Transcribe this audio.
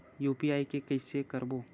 UPI के कइसे करबो?